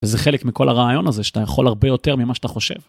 זה חלק מכל הרעיון הזה שאתה יכול הרבה יותר ממה שאתה חושב.